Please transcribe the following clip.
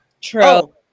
True